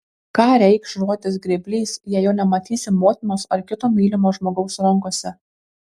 ką reikš žodis grėblys jei jo nematysi motinos ar kito mylimo žmogaus rankose